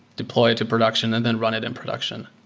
deploy it to production and then run it in production.